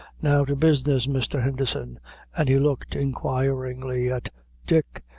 now to business, mr. henderson and he looked inquiringly at dick,